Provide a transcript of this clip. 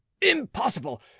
impossible